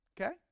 Okay